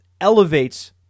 elevates